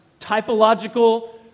typological